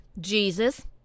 Jesus